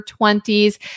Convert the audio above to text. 20s